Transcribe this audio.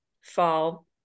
fall